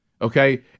Okay